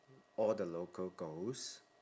all the local goes